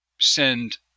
send